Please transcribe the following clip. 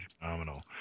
phenomenal